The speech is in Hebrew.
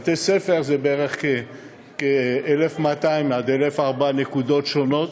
בבתי-ספר זה בערך 1,200 1,400 נקודות שונות,